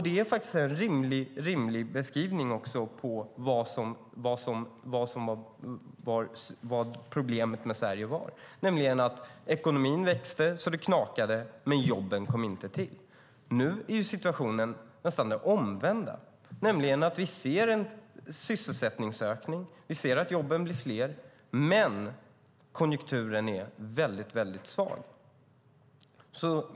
Det är en rimlig beskrivning av vad problemet med Sverige var, nämligen att ekonomin växte så det knakade, men jobben kom inte. Nu är situationen nästan den omvända. Vi ser en sysselsättningsökning. Vi ser att jobben blir fler, men konjunkturen är mycket svag.